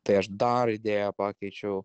tai aš dar idėją pakeičiau